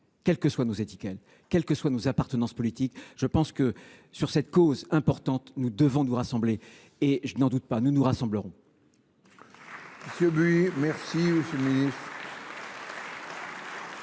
quelles que soient nos étiquettes et nos appartenances politiques. Je pense que, sur une cause aussi importante, nous devons nous rassembler. Et, je n’en doute pas, nous nous rassemblerons.